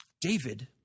David